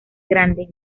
grande